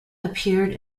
appeared